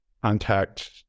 contact